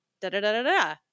Da-da-da-da-da